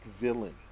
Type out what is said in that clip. villain